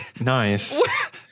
Nice